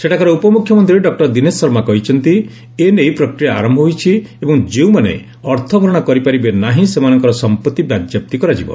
ସେଠାକାର ଉପମ୍ରଖ୍ୟମନ୍ତ୍ରୀ ଡକ୍କର ଦିନେଶ ଶର୍ମା କହିଛନ୍ତି ଏ ନେଇ ପ୍ରକ୍ରିୟା ଆରମ୍ଭ ହୋଇଛି ଏବଂ ଯେଉଁମାନେ ଅର୍ଥଭରଣା କରିପାରିବେ ନାହିଁ ସେମାନଙ୍କ ସମ୍ପତ୍ତି ବାଜ୍ୟାପ୍ତି କରାଯିବ